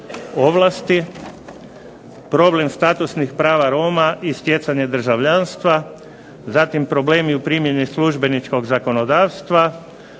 ovlasti, problem statusnih prava Roma i stjecanje državljanstva, zatim problemi u primjeni službeničkog zakonodavstva,